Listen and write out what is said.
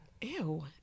Ew